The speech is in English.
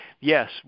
yes